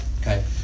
Okay